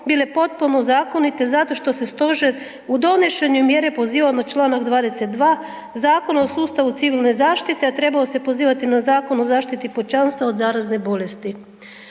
bile potpuno zakonite zato što se stožer u donošenje mjere pozivao na čl. 22. Zakona o sustavu civilne zaštite, a trebao se pozivati na Zakon o zašiti pučanstva od zarazne bolesti.